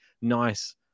nice